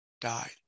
died